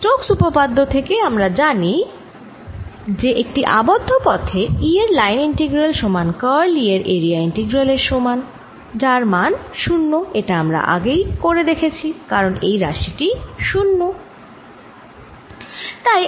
Stokes উপপাদ্য থেকে আমরা জানি যে একটি আবদ্ধ পথে E এর লাইন ইন্টিগ্রাল সমান কার্ল E এর এরিয়া ইন্টিগ্রাল এর সমান যার মান 0 এটা আমরা আগেই করে দেখেছি কারণ এই রাশি টি 0